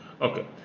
Okay